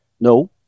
No